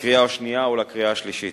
לקריאה שנייה ולקריאה שלישית.